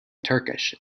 turkish